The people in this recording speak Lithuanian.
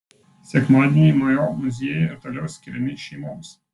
sekmadieniai mo muziejuje ir toliau skiriami šeimoms